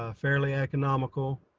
ah fairly economical.